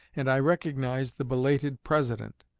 and i recognized the belated president.